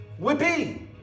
whippy